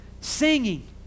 Singing